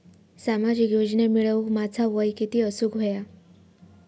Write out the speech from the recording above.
सामाजिक योजना मिळवूक माझा वय किती असूक व्हया?